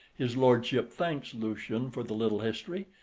his lordship thanks lucian for the little history,